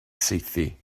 saethu